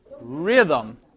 rhythm